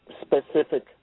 specific